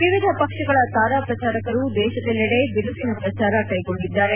ವಿವಿಧ ಪಕ್ಷಗಳ ತಾರಾ ಪ್ರಚಾರಕರು ದೇಶದೆಲ್ಲೆಡೆ ಬಿರುಸಿನ ಪ್ರಚಾರ ಕ್ಷೆಗೊಂಡಿದ್ದಾರೆ